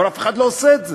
אבל אף אחד לא עושה את זה.